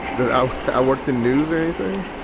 that i i worked the news. anything?